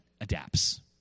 adapts